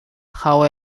how